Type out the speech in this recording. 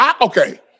okay